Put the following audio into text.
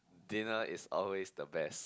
dinner is always the best